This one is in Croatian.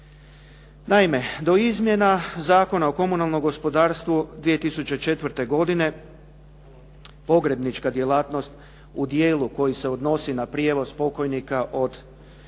Naime, do izmjena Zakona o komunalnom gospodarstvu 2004. godine pogrebnička djelatnost u dijelu koji se odnosi na prijevoz pokojnika od mjesta